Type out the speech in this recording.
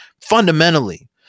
Fundamentally